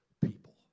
people